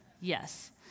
yes